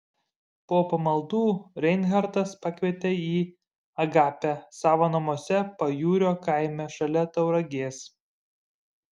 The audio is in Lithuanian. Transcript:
po pamaldų reinhartas pakvietė į agapę savo namuose pajūrio kaime šalia tauragės